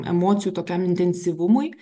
emocijų tokiam intensyvumui